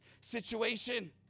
situation